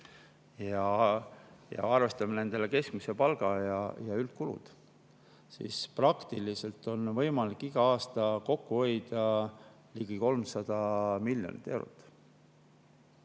ja arvestame nende keskmise palga ja üldkulud, siis praktiliselt on võimalik igal aastal kokku hoida ligi 300 miljonit eurot.